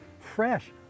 fresh